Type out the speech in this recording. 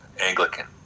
Anglican